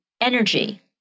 energy